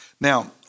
Now